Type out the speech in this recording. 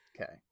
Okay